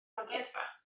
amgueddfa